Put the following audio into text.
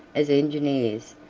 as engineers,